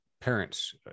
parents